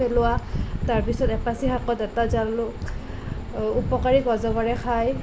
পেলোৱা তাৰ পিছত এপাচি শাকত এটা জালুক উপকাৰীক অজগৰে খায়